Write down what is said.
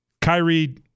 Kyrie